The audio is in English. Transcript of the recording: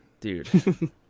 dude